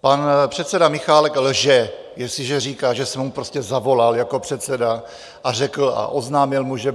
Pan předseda Michálek lže, jestliže říká, že jsem mu prostě zavolal jako předseda a řekl a oznámil mu, že